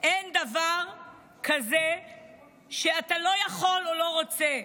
אין דבר כזה שאתה לא יכול או לא רוצה.